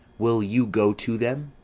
will you go to them?